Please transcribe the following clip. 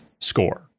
score